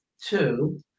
two